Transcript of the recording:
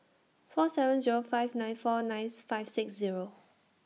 four seven Zero five nine four ninth five six Zero